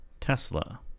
Tesla